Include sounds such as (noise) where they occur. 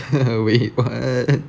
(laughs) wait what